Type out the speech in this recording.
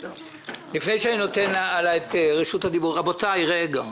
לפני שאני נותן את רשות הדיבור, רבותי, רגע,